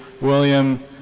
William